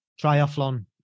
Triathlon